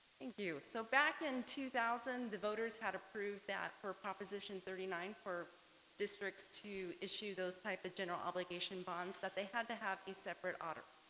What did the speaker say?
thank you so back in two thousand the voters had approved that for proposition thirty nine for districts to issue those types of general obligation bonds that they had to have a separate honor